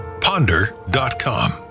ponder.com